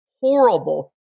horrible